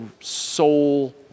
soul